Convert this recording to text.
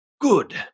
Good